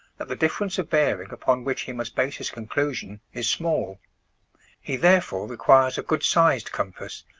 that the difference of bearing upon which he must base his conclusion, is small he therefore requires a good sized compass,